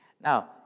Now